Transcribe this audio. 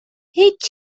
هیچ